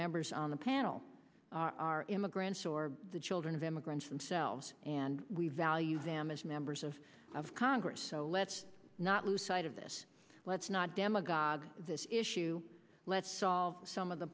members on the panel are immigrants or the children of immigrants themselves and we value them as members of congress so let's not lose sight of this let's not demagogue this issue let's solve some of the